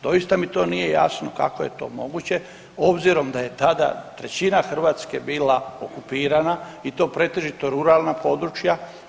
Doista mi to nije jasno kako je to moguće, obzirom da je tada 1/3 Hrvatske bila okupirana i to pretežito ruralna područja.